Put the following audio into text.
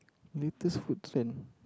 Little Hudson